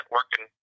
working